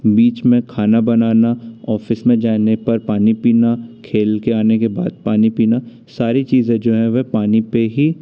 बीच में खाना बनाना ऑफिस में जाने पर पानी पीना खेल के आने के बाद पानी पीना सारी चीज़ें जो हैं वे पानी पे ही